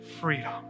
freedom